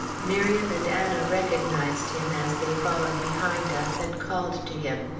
miriam and anna recognized him, as they followed behind us, and called to him.